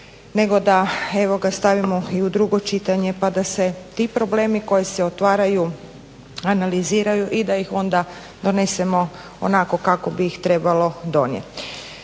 nego da ga stavimo i u drugo čitanje pa da se ti problemi koji se otvaraju analiziraju i da ih onda donesemo onako kako bi ih trebalo donijeti.